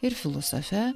ir filosofe